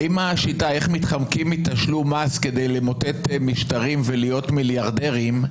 האם השיטה איך מתחמקים מתשלום מס כדי למוטט משטרים ולהיות מיליארדרים,